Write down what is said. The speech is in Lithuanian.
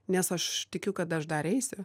nes aš tikiu kad aš dar eisiu